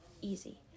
easy